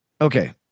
okay